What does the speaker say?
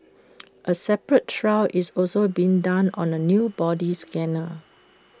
A separate trial is also being done on A new body scanner